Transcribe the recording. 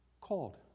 called